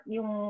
Yung